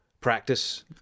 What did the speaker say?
practice